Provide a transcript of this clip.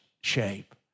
shape